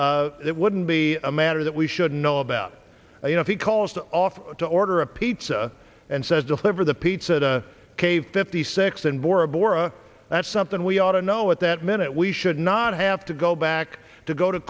called it wouldn't be a matter that we should know about you know if he calls to offer to order a pizza and says deliver the pizza cave fifty six in bora bora that's something we oughta know at that minute we should not have to go back to go to